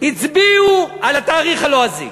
הצביעו על התאריך הלועזי.